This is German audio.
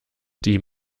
die